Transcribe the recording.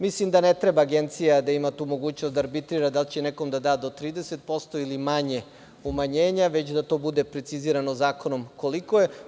Mislim da ne treba Agencija da ima tu mogućnost da arbitrira da li će nekome da da do 30% ili manje umanjenja, već da to bude precizirano zakonom koliko je.